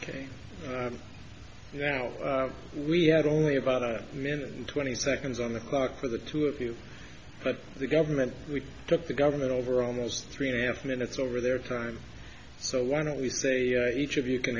know we had only about a minute and twenty seconds on the clock for the two of you but the government took the government over almost three and a half minutes over their time so why don't we say each of you can